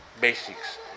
basics